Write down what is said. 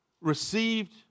received